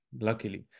luckily